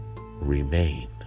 remain